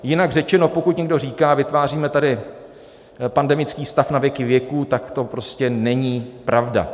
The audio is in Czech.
Jinak řečeno, pokud někdo říká, vytváříme tady pandemický stav na věky věků, tak to prostě není pravda.